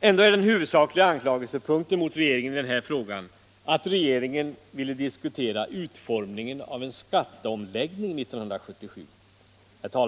Ändå är den huvudsakliga anklagelsepunkten mot regeringen i den här frågan att regeringen ville diskutera utformningen av en skatteomläggning 1977.